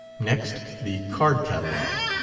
next the card-catalogue.